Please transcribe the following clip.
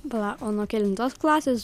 pala o nuo kelintos klasės